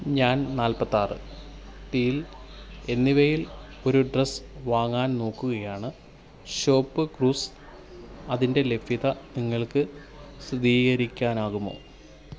ഞാൻ നാൽപ്പത്താറ് ടീൽ എന്നിവയിൽ ഒരു ഡ്രസ്സ് വാങ്ങാൻ നോക്കുകയാണ് ഷോപ്പ്ക്ലൂസ് അതിൻ്റെ ലഭ്യത നിങ്ങൾക്ക് സ്ഥിതീകരിക്കാനാകുമോ